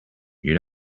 you